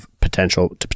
potential